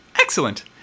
Excellent